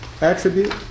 attribute